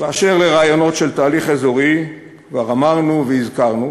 אשר לרעיונות של תהליך אזורי, כבר אמרנו והזכרנו